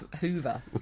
Hoover